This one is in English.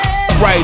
Right